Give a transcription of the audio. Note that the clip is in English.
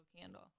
candle